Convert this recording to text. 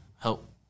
help